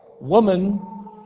Woman